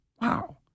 Wow